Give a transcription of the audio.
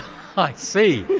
i see,